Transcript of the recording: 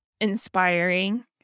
inspiring